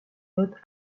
haute